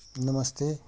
नमस्ते